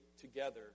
together